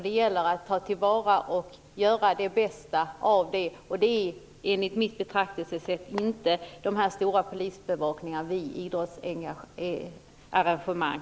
Det gäller att ta till vara de resurser som finns och göra det bästa av dem, och det gör man enligt mitt betraktelsesätt inte med de stora polisbevakningarna vid idrottsarrangemang.